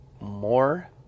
more